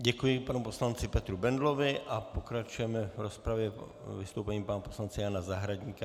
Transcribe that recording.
Děkuji panu poslanci Petru Bendlovi a pokračujeme v rozpravě vystoupením pana poslance Jana Zahradníka.